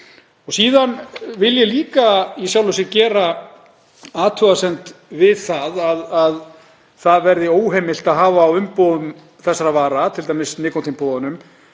Síðan vil ég líka í sjálfu sér gera athugasemd við það að það verði óheimilt að hafa á umbúðum þessara vara, t.d. nikótínpúðunum,